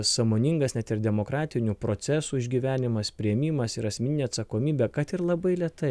sąmoningas net ir demokratinių procesų išgyvenimas priėmimas ir asmeninė atsakomybė kad ir labai lėtai